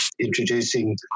introducing